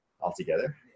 Altogether